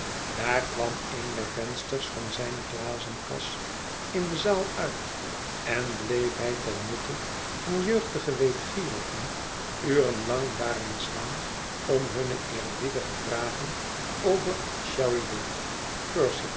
daar kwam een der vensters van zijne glazenkast in de zaal uit en bleef hij ten nutte van jeugdige weetgierigen uren lang daaraan staan om hunne eerbie'dige vragen over sheridan